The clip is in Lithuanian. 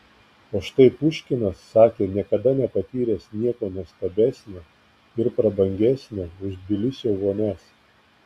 o štai puškinas sakė niekada nepatyręs nieko nuostabesnio ir prabangesnio už tbilisio vonias